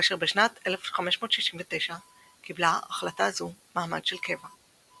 כאשר בשנת 1569 קיבלה החלטה זו מעמד של קבע.